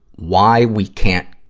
why we can't